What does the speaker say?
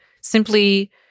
simply